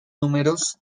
números